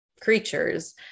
creatures